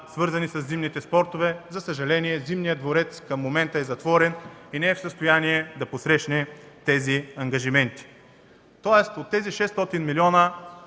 свързани със зимните спортове. За съжаление, Зимният дворец към момента е затворен и не е в състояние да посрещне тези ангажименти. Тоест от тези 600 милиона